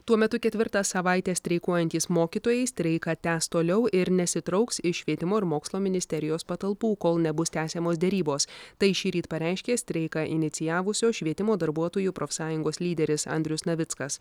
tuo metu ketvirtą savaitę streikuojantys mokytojai streiką tęs toliau ir nesitrauks iš švietimo ir mokslo ministerijos patalpų kol nebus tęsiamos derybos tai šįryt pareiškė streiką inicijavusios švietimo darbuotojų profsąjungos lyderis andrius navickas